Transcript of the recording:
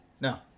No